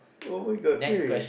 oh my god hey